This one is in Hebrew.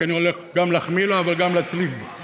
כי אני הולך גם להחמיא לו אבל גם להצליף בו.